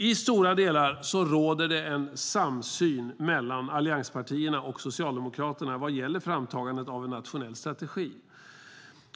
I stora delar råder det en samsyn mellan allianspartierna och Socialdemokraterna vad gäller framtagandet av en nationell strategi.